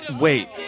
wait